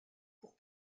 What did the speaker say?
pour